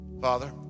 Father